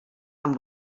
amb